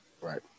Right